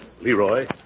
Leroy